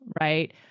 Right